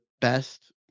best